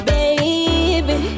Baby